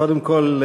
קודם כול,